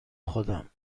خودم